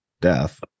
death